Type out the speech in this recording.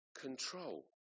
control